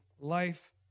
life